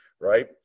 Right